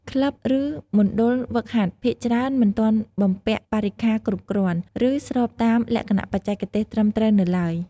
ក្លឹប ឬមណ្ឌលហ្វឹកហាត់ភាគច្រើនមិនទាន់បំពាក់បរិក្ខារគ្រប់គ្រាន់ ឬស្របតាមលក្ខណៈបច្ចេកទេសត្រឹមត្រូវនៅឡើយ។